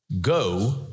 Go